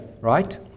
right